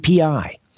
API